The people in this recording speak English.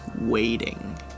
waiting